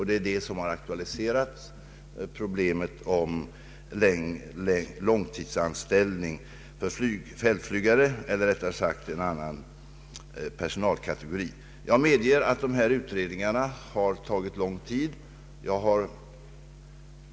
Detta har aktualiserat problemet om långtidsanställning för fältflygare eller rättare sagt en annan personalkategori. Jag medger att utredningarna har tagit lång tid.